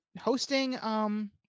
hosting